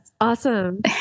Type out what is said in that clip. Awesome